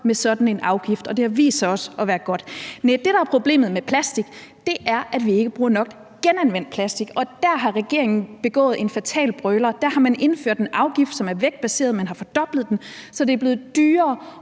med sådan en afgift, og det har også vist sig at være godt. Næh, det, der er problemet med plastik, er, at vi ikke bruger nok genanvendt plastik, og der har regeringen begået en fatal brøler. Der har man indført en afgift, som er vægtbaseret. Man har fordoblet den, så det er blevet dyrere